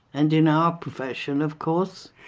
and in our profession, of course,